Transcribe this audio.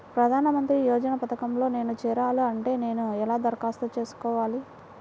ప్రధాన మంత్రి యోజన పథకంలో నేను చేరాలి అంటే నేను ఎలా దరఖాస్తు చేసుకోవాలి?